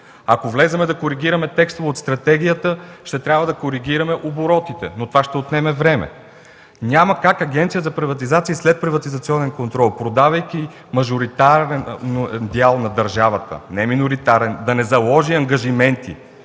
Ако влезем да коригираме текстове от стратегията, ще трябва да коригираме оборотите, но това ще отнеме време. Няма как Агенцията за приватизация и следприватизационен контрол, продавайки мажоритарен (а не миноритарен) дял на държавата, да не заложи ангажименти.